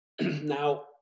Now